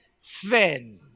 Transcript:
Sven